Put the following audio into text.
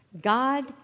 God